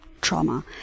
trauma